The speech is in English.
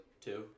two